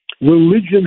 Religion